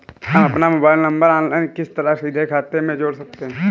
हम अपना mobile number online किस तरह सीधे अपने खाते में जोड़ सकते हैं?